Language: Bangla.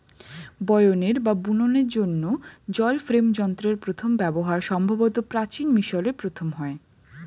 বয়নের বা বুননের জন্য জল ফ্রেম যন্ত্রের প্রথম ব্যবহার সম্ভবত প্রাচীন মিশরে প্রথম হয়